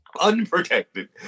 Unprotected